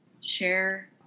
share